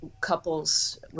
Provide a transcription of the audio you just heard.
couples